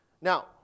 Now